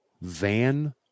Van